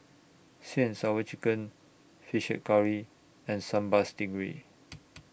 Sweet and Sour Chicken Fish Head Curry and Sambal Stingray